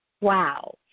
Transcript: Wow